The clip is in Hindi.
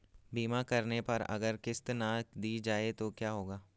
बीमा करने पर अगर किश्त ना दी जाये तो क्या होगा?